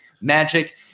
magic